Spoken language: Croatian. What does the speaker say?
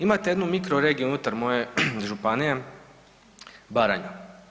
Imate jednu mikro regiju unutar moje županije, Baranja.